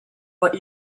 what